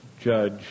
judge